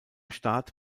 start